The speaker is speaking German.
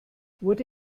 wurde